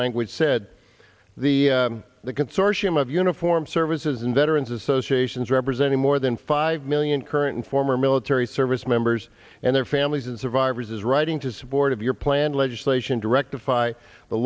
language said the the consortium of uniform services and veterans associations representing more than five million current and former military service members and their families and survivors is writing to support of your planned legislation direct defy the